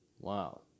Wow